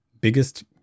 biggest